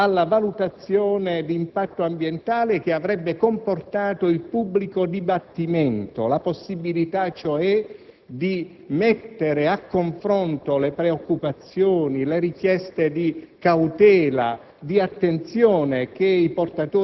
senza procedere alla valutazione di impatto ambientale che avrebbe comportato il pubblico dibattimento, la possibilità, cioè, di mettere a confronto le preoccupazioni e le richieste di cautela